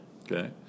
Okay